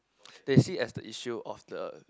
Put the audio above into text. they see as the issue of the